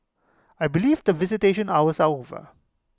I believe that visitation hours are over